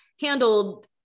handled